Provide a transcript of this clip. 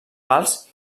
pals